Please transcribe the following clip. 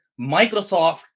Microsoft